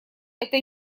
это